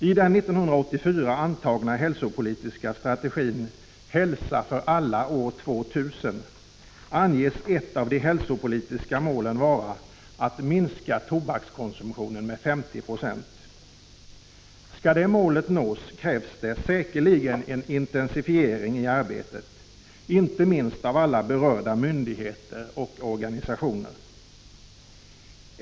I den år 1984 antagna hälsopolitiska strategin Hälsa för alla år 2000 anges ett av de hälsopolitiska målen vara att minska tobakskonsumtionen med 50 96. Skall det målet nås krävs det säkerligen en intensifiering i arbetet, inte minst av alla berörda myndigheter och organisationer.